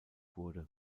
wurde